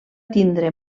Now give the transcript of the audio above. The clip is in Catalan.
tindre